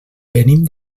venim